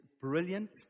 brilliant